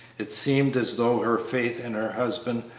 it seemed as though her faith in her husband,